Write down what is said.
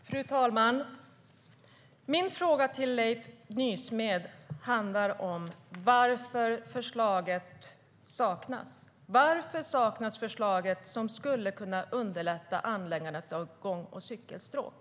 Fru talman! Min fråga till Leif Nysmed är: Varför saknas det förslag som skulle kunna underlätta anläggandet av gång och cykelstråk?